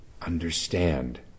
understand